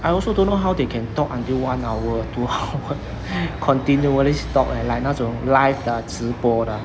I also don't know how they can talk until one hour two hour continually talk eh like 那种 live 的直播的